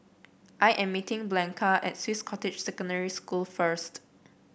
I am meeting Blanca at Swiss Cottage Secondary School first